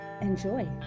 Enjoy